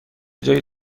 جای